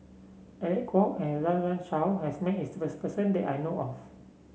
Alec Kuok and Run Run Shaw has met its person that I know of